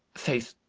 faith!